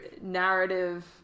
narrative